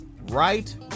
Right